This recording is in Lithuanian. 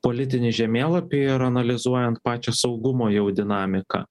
politinį žemėlapį ir analizuojant pačią saugumo jau dinamiką